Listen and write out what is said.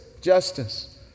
justice